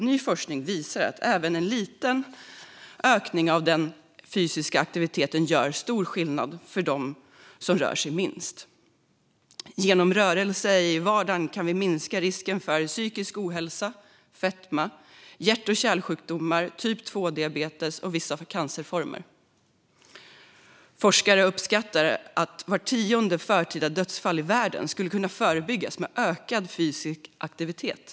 Ny forskning visar att även en liten ökning av den fysiska aktiviteten gör stor skillnad för dem som rör sig minst. Genom rörelse i vardagen kan vi minska risken för psykisk ohälsa, fetma, hjärt-kärlsjukdomar, typ 2-diabetes och vissa cancerformer. Forskare uppskattar att vart tionde förtida dödsfall i världen skulle kunna förebyggas med ökad fysisk aktivitet.